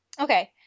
Okay